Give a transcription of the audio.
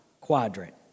quadrant